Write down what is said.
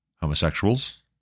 homosexuals